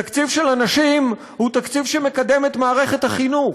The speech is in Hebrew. תקציב של אנשים הוא תקציב שמקדם את מערכת החינוך.